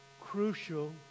crucial